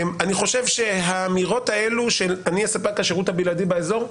אני חושב שהאמירות האלה של אני ספק השירות הבלעדי באזור,